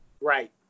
Right